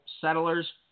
settlers